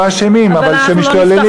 לא אשמים אבל שמשתוללים,